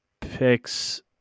picks